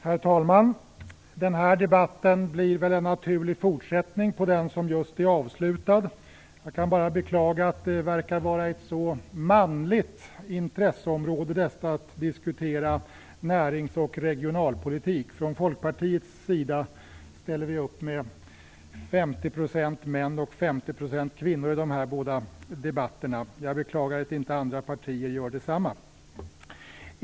Herr talman! Den här debatten blir väl en naturlig fortsättning på den debatt som just är avslutad. Jag kan bara beklaga att det verkar vara ett så manligt intresseområde att diskutera närings och regionalpolitik. Från Folkpartiets sida ställer vi upp med 50 % män och 50 % kvinnor i de båda debatterna. Jag beklagar att inte andra partier gör detsamma.